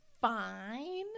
fine